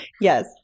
Yes